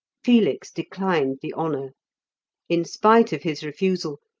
felix declined the honour in spite of his refusal,